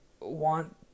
want